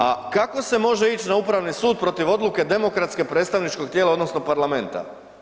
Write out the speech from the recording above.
A kako se može ić na upravni sud protiv odluke demokratske predstavničkog tijela odnosno parlamenta?